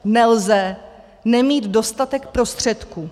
Nelze nemít dostatek prostředků.